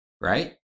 right